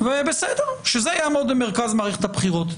בסדר, שזה יעמוד במרכז מערכת הבחירות.